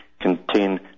contain